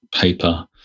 paper